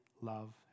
love